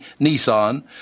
Nissan